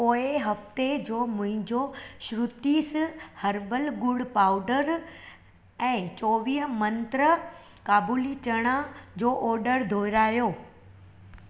पोऐं हफ़्ते जो मुंहिंजो श्रुतिस हर्बल ॻुड़ पाउडर ऐं चोवीह मंत्रा काबुली चणा जो ऑडर दुहिरायो